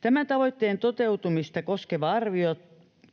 Tämän tavoitteen toteutumista koskeva arvio